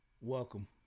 welcome